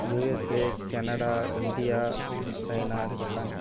USA Canada India China Japan